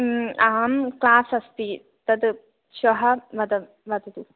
अहं क्लास् अस्ति तत् श्वः वदामि वदतु